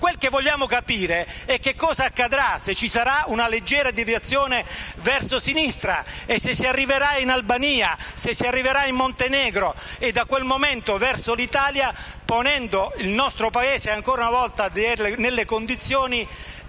per l'appunto bloccata, ma cosa accadrà se ci sarà una leggera deviazione verso sinistra e, se si arriverà in Albania, in Montenegro e da quel momento verso l'Italia, ponendo il nostro Paese ancora una volta nelle condizioni